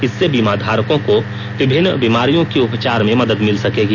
इससे बीमा धारकों को विभिन्न बीमारियों की उपचार में मदद मिल सकेगी